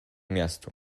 miastu